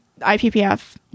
IPPF